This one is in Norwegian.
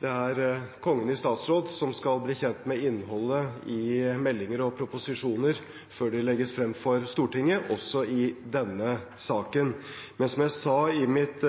det er Kongen i statsråd som skal bli forelagt innholdet i meldinger og proposisjoner før de legges frem for Stortinget, så også i denne saken. Men som jeg sa i mitt